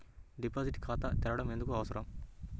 Deposit ఖాతా తెరవడం ఎందుకు అవసరం?